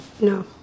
No